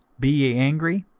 be ye angry,